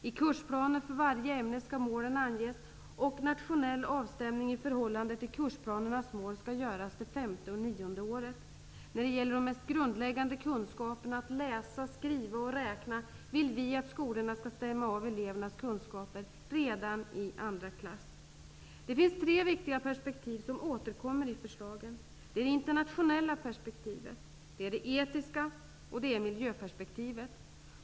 I kursplaner för varje ämne skall målen anges och en nationell avstämning i förhållande till kursplanernas mål skall göras det femte och nionde året. När det gäller de mest grundläggande kunskaperna att läsa, skriva och räkna vill vi att skolorna skall stämma av elevernas kunskaper redan i andra klass. Det finns tre viktiga perspektiv som återkommer i förslagen. Det är det internationella perspektivet, det är det etiska perspektivet och det är miljöperspektivet.